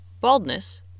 Baldness